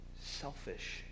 selfish